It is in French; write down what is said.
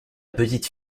petite